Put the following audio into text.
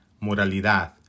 moralidad